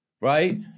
right